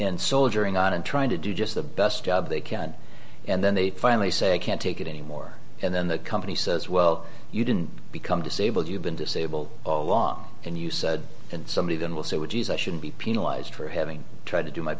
and soldiering on and trying to do just the best job they can and then they finally say i can't take it anymore and then the company says well you didn't become disabled you've been disabled a lot and you said and somebody then will say what jeez i should be penalized for having tried to do my